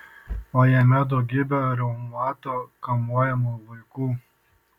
o jame daugybė reumato kamuojamų vaikų